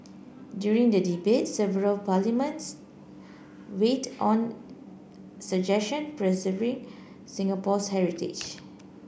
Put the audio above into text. during the debate several parliaments weighed on suggestion preserving Singapore's heritage